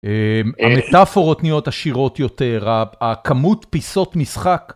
המטאפורות נהיות עשירות יותר, הכמות פיסות משחק.